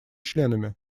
членами